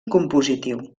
compositiu